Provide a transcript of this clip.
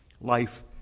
Life